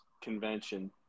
convention